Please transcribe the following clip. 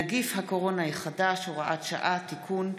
(נגיף הקורונה החדש, הוראת שעה, תיקון)